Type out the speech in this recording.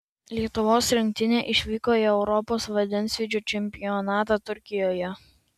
lietuvos rinktinė išvyko į europos vandensvydžio čempionatą turkijoje